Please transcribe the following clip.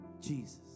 Jesus